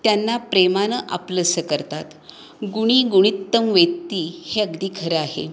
त्यांना प्रेमानं आपलंसं करतात गुणी गुणित्तम वेत्ती हे अगदी खरं आहे